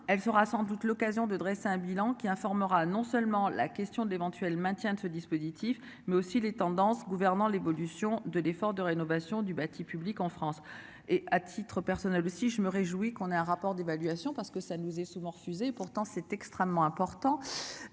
Elle sera sans doute l'occasion de dresser un bilan qui informera non seulement la question de l'éventuel maintien de ce dispositif, mais aussi les tendances gouvernant l'évolution de l'effort de rénovation du bâti public en France et à titre personnel aussi, je me réjouis qu'on ait un rapport d'évaluation parce que ça nous est souvent refusé pourtant c'est extrêmement important